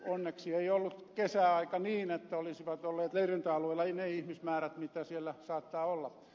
onneksi ei ollut kesäaika niin että olisivat olleet leirintäalueella ne ihmismäärät mitä siellä saattaa olla